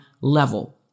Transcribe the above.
level